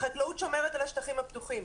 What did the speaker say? החקלאות שומרת על השטחים הפתוחים.